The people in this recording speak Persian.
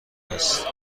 است